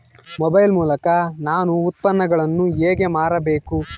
Mobile ಮೂಲಕ ನಾನು ಉತ್ಪನ್ನಗಳನ್ನು ಹೇಗೆ ಮಾರಬೇಕು?